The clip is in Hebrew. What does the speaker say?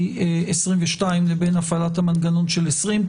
סעיף 22 לבין הפעלת המנגנון של סעיף 20,